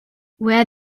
where